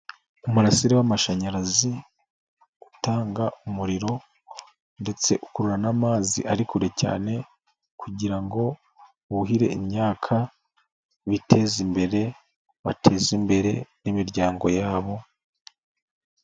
Umurasire w'amashanyarazi utanga umuriro ndetse ukurura n'amazi ari kure cyane kugira ngo buhire imyaka, biteze imbere, bateze imbere n'imiryango yabo.